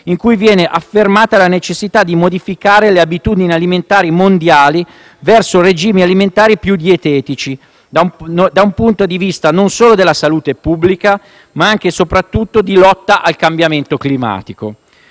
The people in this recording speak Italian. in cui viene affermata la necessità di modificare le abitudini alimentari mondiali verso regimi alimentari più dietetici, da un punto di vista non solo della salute pubblica ma, anche e soprattutto, di lotta al cambiamento climatico.